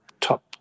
top